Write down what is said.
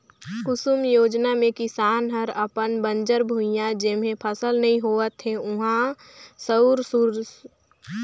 कुसुम योजना मे किसान हर अपन बंजर भुइयां जेम्हे फसल नइ होवत हे उहां सउर उरजा लगवाये सकत हे